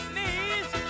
Knees